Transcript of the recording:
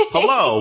Hello